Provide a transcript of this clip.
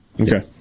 Okay